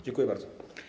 Dziękuję bardzo.